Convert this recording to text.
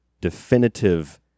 definitive